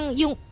yung